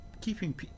keeping